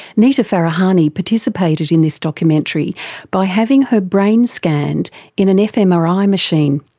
nita farahany participated in this documentary by having her brain scanned in an fmri machine.